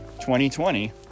2020